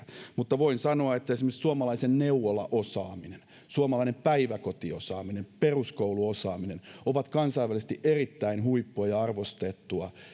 mutta voin sanoa että esimerkiksi suomalainen neuvolaosaaminen suomalainen päiväkotiosaaminen ja peruskouluosaaminen ovat kansainvälisesti erittäin huippua ja arvostettua